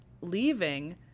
leaving